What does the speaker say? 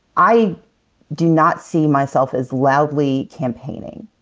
i do not see myself as loudly campaigning.